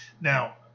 Now